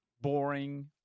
Boring